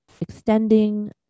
extending